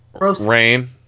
rain